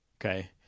Okay